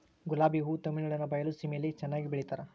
ಗುಲಾಬಿ ಹೂ ತಮಿಳುನಾಡಿನ ಬಯಲು ಸೀಮೆಯಲ್ಲಿ ಚೆನ್ನಾಗಿ ಬೆಳಿತಾರ